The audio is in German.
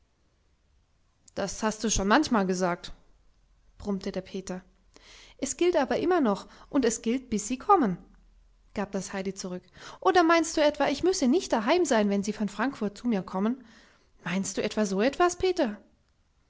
das hast du schon manchmal gesagt brummte der peter es gilt aber immer noch und es gilt bis sie kommen gab das heidi zurück oder meinst du etwa ich müsse nicht daheim sein wenn sie von frankfurt zu mir kommen meinst du etwa so etwas peter